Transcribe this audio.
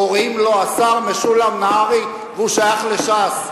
קוראים לו השר משולם נהרי והוא שייך לש"ס.